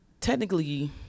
technically